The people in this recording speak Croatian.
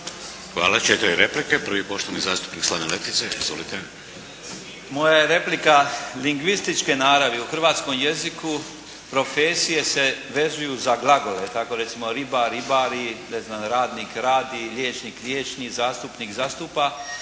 Hvala. Četiri replike. Prvi poštovani zastupnik Slaven Letica. Izvolite. **Letica, Slaven (Nezavisni)** Moja je replika lingvističke naravi. U hrvatskom jeziku profesije se vezuju za glagole. Tako recimo riba ribari, radnik radi, liječnik liječi, zastupnik zastupa.